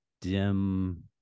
dim